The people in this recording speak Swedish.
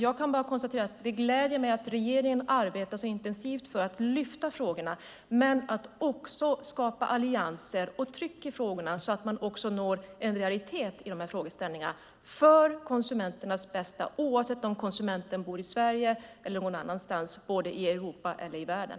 Jag kan bara konstatera att det också gläder mig att regeringen arbetar så intensivt för att lyfta fram frågorna och för att dessutom skapa allianser och tryck i frågorna så att man också når en realitet i frågeställningarna. Det ska vara för konsumenternas bästa oavsett om konsumenten bor i Sverige eller någon annanstans i Europa eller i världen.